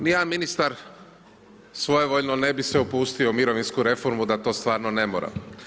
Nijedan ministar svojevoljno ne bi se upustio u mirovinsku reformu da to stvarno ne mora.